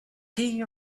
tea